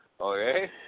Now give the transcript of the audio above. okay